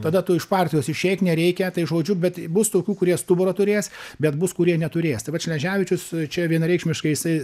tada tu iš partijos išeik nereikia žodžiu bet bus tokių kurie stuburą turės bet bus kurie neturės tai vat šleževičius čia vienareikšmiškai jisai